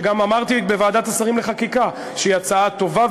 וגם אמרתי בוועדת השרים לחקיקה שהיא הצעה טובה,